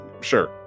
sure